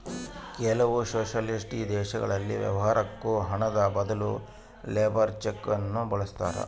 ಕೆಲವು ಸೊಷಲಿಸ್ಟಿಕ್ ದೇಶಗಳಲ್ಲಿ ವ್ಯವಹಾರುಕ್ಕ ಹಣದ ಬದಲು ಲೇಬರ್ ಚೆಕ್ ನ್ನು ಬಳಸ್ತಾರೆ